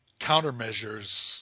countermeasures